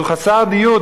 והוא חסר דיור,